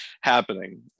happening